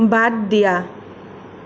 বাট দিয়া